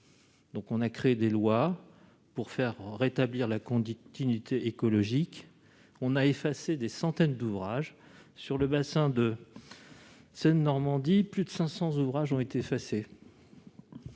donc on a créé des lois pour faire rétablir la conduite dignité écologique, on a effacé des centaines d'ouvrages sur le Bassin de Seine-Normandie, plus de 500 ouvrages ont été effacés.